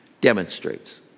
demonstrates